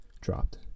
dropped